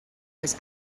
was